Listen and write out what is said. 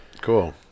Cool